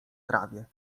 trawie